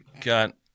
got